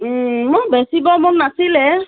ও মোৰ বেছি নাছিলে